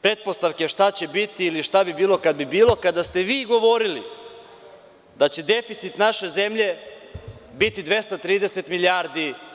pretpostavke šta će biti ili šta bi bilo kad bi bilo, kada ste vi govorili da će deficit naše zemlje biti 230 milijardi.